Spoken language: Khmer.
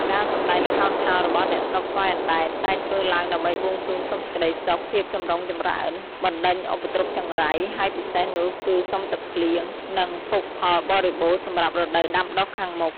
ការសម្ដែងល្ខោនខោលរបស់អ្នកស្រុកស្វាយអណ្ដែតតែងធ្វើឡើងដើម្បីបួងសួងសុំសេចក្ដីសុខ, ភាពចម្រុងចម្រើន, បណ្ដេញឧបទ្រពចង្រៃ ហើយពិសេសនោះគឺសុំទឹកភ្លៀង និងភោគផលបរិបូណ៌សម្រាប់រដូវដាំដុះខាងមុខ។